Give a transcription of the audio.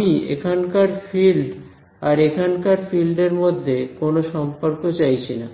আমি এখানকার ফিল্ড আর এখানকার ফিল্ড এর মধ্যে কোনো সম্পর্ক চাইনা